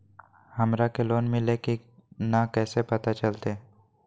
हमरा के लोन मिल्ले की न कैसे पता चलते?